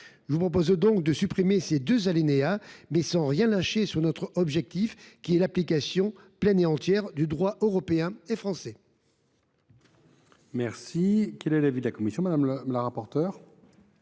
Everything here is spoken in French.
je vous propose de supprimer ces deux alinéas, mais sans rien lâcher sur notre objectif de garantir l’application pleine et entière du droit européen et français.